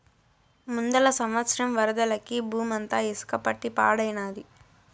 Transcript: ముందల సంవత్సరం వరదలకి బూమంతా ఇసక పట్టి పాడైనాది